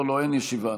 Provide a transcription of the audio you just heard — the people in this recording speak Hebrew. לא לא, אין ישיבה.